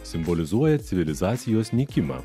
simbolizuoja civilizacijos nykimą